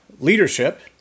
leadership